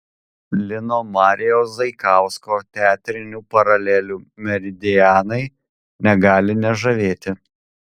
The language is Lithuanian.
lino marijaus zaikausko teatrinių paralelių meridianai negali nežavėti